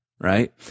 Right